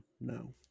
no